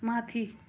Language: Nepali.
माथि